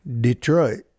Detroit